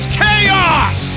chaos